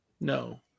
No